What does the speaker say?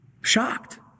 shocked